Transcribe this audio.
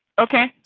okay,